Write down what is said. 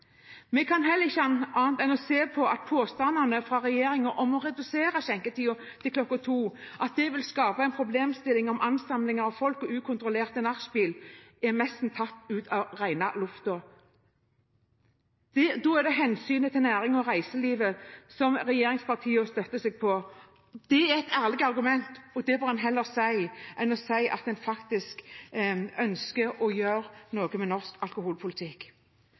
Vi kan heller ikke si annet enn at påstandene fra regjeringspartiene om at det å redusere skjenketiden til kl. 02 vil skape problemstillinger som ansamlinger av folk og ukontrollerte nachspiel, nesten er tatt ut av luften. Da er det hensynet til næringslivet og reiselivet regjeringspartiene støtter seg på. Det er et ærlig argument, og det bør en si – heller enn å si at en ønsker å gjøre noe med norsk alkoholpolitikk.